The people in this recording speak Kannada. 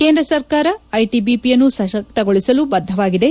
ಕೇಂದ್ರ ಸರ್ಕಾರ ಐಟೆಬಿಪಿಯನ್ನು ಸಶಕ್ತಗೊಳಿಸಲು ಬದ್ದವಾಗಿದೆ